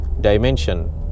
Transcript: dimension